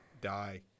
die